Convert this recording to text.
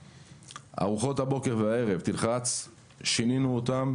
ארוחות הבוקר והערב שיננו אותם,